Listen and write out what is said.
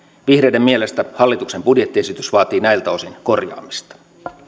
vihreiden mielestä hallituksen budjettiesitys vaatii näiltä osin korjaamista